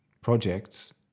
projects